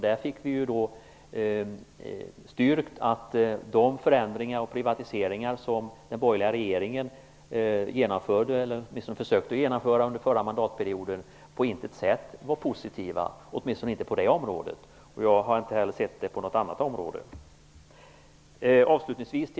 Där fick vi styrkt att de förändringar och privatiseringar som den borgerliga regeringen under förra mandatperioden genomförde, eller försökte genomföra, på intet sätt var positiva - åtminstone inte på äldreomsorgens område. Jag har inte sett att det gäller på något annat område heller.